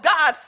God